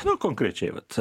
na konkrečiai vat